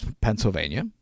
pennsylvania